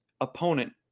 opponent